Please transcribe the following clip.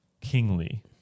kingly